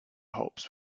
hops